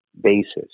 basis